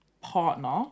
partner